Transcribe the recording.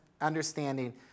understanding